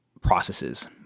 processes